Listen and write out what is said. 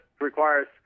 requires –